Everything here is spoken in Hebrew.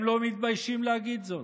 הם לא מתביישים להגיד זאת,